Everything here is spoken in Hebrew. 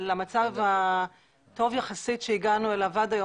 ברשותכם: כחלק מהמתווה שאנחנו מגבשים יחד עם שירות בתי הסוהר